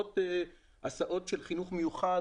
הסעות של חינוך מיוחד,